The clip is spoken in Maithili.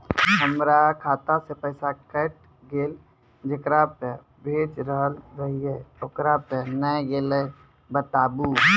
हमर खाता से पैसा कैट गेल जेकरा पे भेज रहल रहियै ओकरा पे नैय गेलै बताबू?